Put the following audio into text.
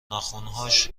ناخنهاش